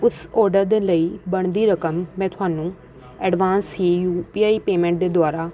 ਉਸ ਆਰਡਰ ਦੇ ਲਈ ਬਣਦੀ ਰਕਮ ਮੈਂ ਤੁਹਾਨੂੰ ਐਡਵਾਂਸ ਹੀ ਯੂ ਪੀ ਆਈ ਪੇਮੈਂਟ ਦੇ ਦੁਆਰਾ